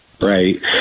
Right